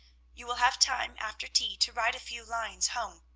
you will have time after tea to write a few lines home.